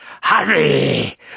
hurry